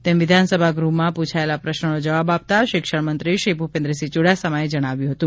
તેમ વિધાનસભા ગૃહમાં પૂછાયેલા પ્રશ્નનો જવાબ આપતા શિક્ષણ મંત્રી શ્રી ભૂપેન્દ્રસિંહ યૂડાસમાએ જણાવ્યું હતું